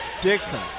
Dixon